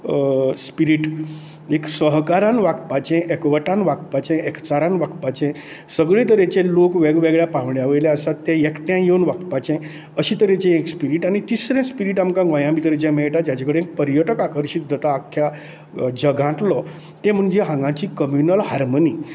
spirit एक सहकारान वागपाचें एकवटान वागपाचें एकचारान वागपाचें सगळे तरेचे लोक वेगवेगळ्या पावंड्या वयले आसात ते एकठांय येवन वागपाचें अशें तरेचें एक स्पिरिट आनी तिसरें स्पिरिट आमकां गोंया भितर जे मेळटा जाचे कडे पर्यटकाक आकर्शीत जाता अख्या जगांतलो ते म्हणजे हांगाची कम्यूनल हार्मोनी